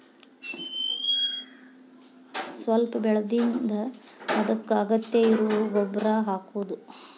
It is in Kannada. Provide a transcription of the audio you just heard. ಸ್ವಲ್ಪ ಬೆಳದಿಂದ ಅದಕ್ಕ ಅಗತ್ಯ ಇರು ಗೊಬ್ಬರಾ ಹಾಕುದು